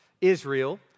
Israel